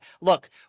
look